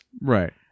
Right